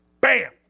bam